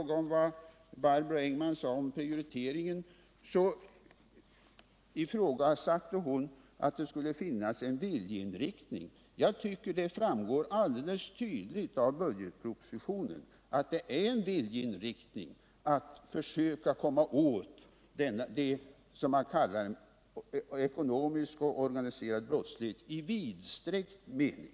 Barbro Engman-Nordin ifrågasatte att det skulle finnas en viljeinriktning när det gäller prioriteringen. Jag tycker att det alldeles tydligt framgår av budgetpropositionen att det är en viljeinriktning att försöka komma åt det som man kallar organiserad ekonomisk brottslighet i vidsträckt mening.